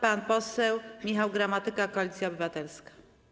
Pan poseł Michał Gramatyka, Koalicja Obywatelska.